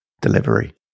delivery